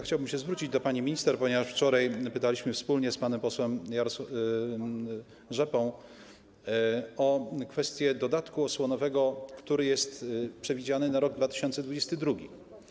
Chciałbym się zwrócić do pani minister, ponieważ wczoraj pytaliśmy wspólnie z panem posłem Rzepą o kwestię dodatku osłonowego, który jest przewidziany na rok 2022.